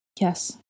Yes